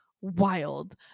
wild